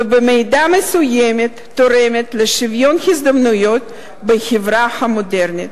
ובמידה מסוימת תורמת לשוויון הזדמנויות בחברה המודרנית.